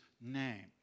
name